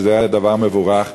שזה היה דבר מבורך,